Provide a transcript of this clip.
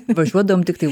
važiuodavom tiktai